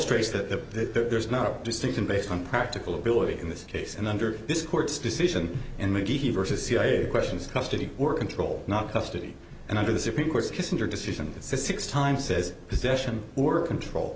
illustrates that there's not a distinction based on practical ability in this case and under this court's decision and mcgee versus the questions custody or control not custody and under the supreme court's kissinger decision six times says possession or control